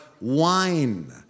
wine